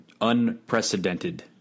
unprecedented